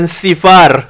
sifar